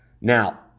Now